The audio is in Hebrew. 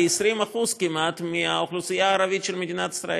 20% כמעט מהאוכלוסייה הערבית של מדינת ישראל,